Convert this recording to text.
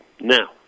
now